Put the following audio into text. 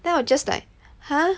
then I'm just like !huh!